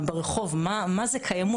ברחוב מה זה קיימו,